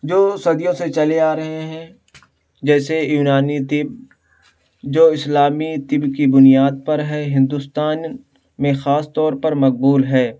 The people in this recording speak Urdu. جو صدیوں سے چلے آ رہے ہیں جیسے یونانی طب جو اسلامی طب کی بنیاد پر ہے ہندوستان میں خاص طور پر مقبول ہے